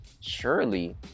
surely